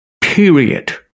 period